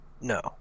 no